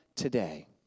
Today